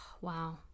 wow